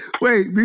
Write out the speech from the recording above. Wait